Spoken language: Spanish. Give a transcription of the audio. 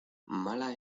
mala